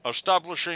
establishing